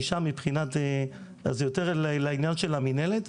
אז זה יותר לעניין של המינהלת,